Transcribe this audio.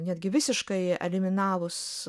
netgi visiškai eliminavus